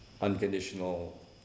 unconditional